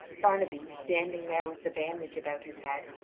barnaby, standing there with the bandage about his head,